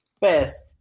best